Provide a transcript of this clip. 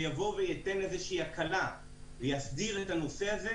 שייתן איזושהי הקלה ויסדיר את הנושא הזה,